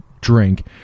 drink